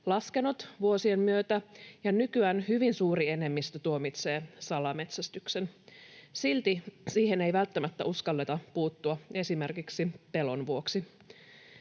laskenut vuosien myötä ja nykyään hyvin suuri enemmistö tuomitsee salametsästyksen. Silti siihen ei välttämättä uskalleta puuttua esimerkiksi pelon vuoksi.